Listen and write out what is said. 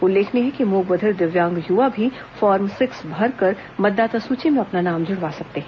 उल्लेखनीय है कि मुक बधिर दिव्यांग युवा भी फार्म छह भरकर मतदाता सुची में अपना नाम जुड़वा सकते हैं